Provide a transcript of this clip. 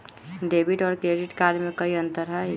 Debit और credit card में कई अंतर हई?